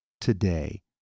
today